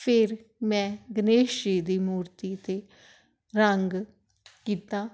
ਫਿਰ ਮੈਂ ਗਣੇਸ਼ ਜੀ ਦੀ ਮੂਰਤੀ 'ਤੇ ਰੰਗ ਕੀਤਾ